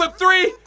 like three,